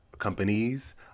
companies